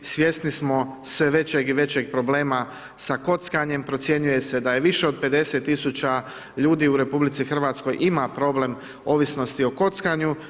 Svjesni smo sve većeg i većeg problema sa kockanjem, procjenjuje se da je više od 50 tisuća ljudi u RH ima problem ovisnosti o kockanju.